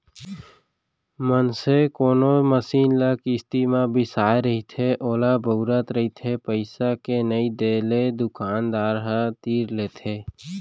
मनसे कोनो मसीन ल किस्ती म बिसाय रहिथे ओला बउरत रहिथे पइसा के नइ देले दुकानदार ह तीर लेथे